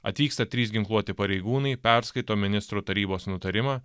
atvyksta trys ginkluoti pareigūnai perskaito ministrų tarybos nutarimą